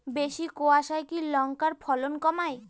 বেশি কোয়াশায় কি লঙ্কার ফলন কমায়?